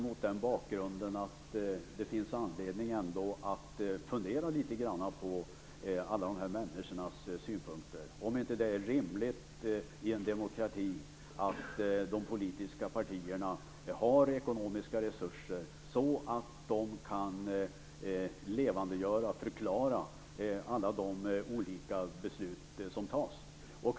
Mot den bakgrunden finns det nog ändå anledning att litet grand fundera över alla de här människornas synpunkter. Är det inte rimligt i en demokrati att de politiska partierna har sådana ekonomiska resurser att de kan förklara de olika beslut som fattas?